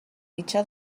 mitjà